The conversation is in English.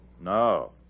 No